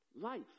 life